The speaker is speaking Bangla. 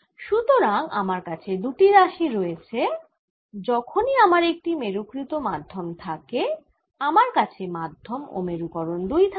সুতরাং আমার কাছে দুটি রাশি রয়েছে যখনই আমার একটি মেরুকৃত মাধ্যম থাকে আমার কাছে মাধ্যম ও মেরুকরণ দুই থাকে